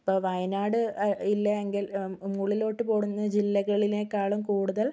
ഇപ്പോൾ വയനാട് അ ഇല്ല എങ്കിൽ ഉള്ളിലോട്ട് കൂടുന്ന ജില്ലകളിനേക്കാളും കൂടുതൽ